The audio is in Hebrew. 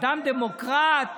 אדם דמוקרטי,